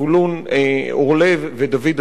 זבולון אורלב ודוד אזולאי.